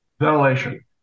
ventilation